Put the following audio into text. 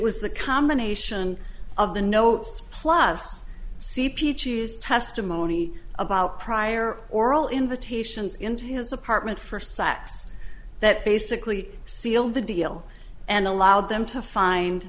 was the combination of the notes plus c p choose testimony about prior oral invitations into his apartment for saks that basically sealed the deal and allowed them to find